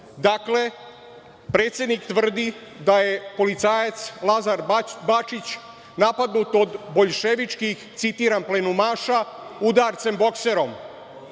Dakle, predsednik tvrdi da je policajac Lazar Bačić napadnut od boljševičkih, citiram, plenumaša, udarcem bokserom.